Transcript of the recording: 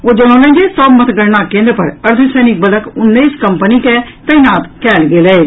ओ जनौलनि जे सभ मतगणना केन्द्र पर अर्द्वसैनिक बलक उन्नैस कम्पनी के तैनात कयल गेल अछि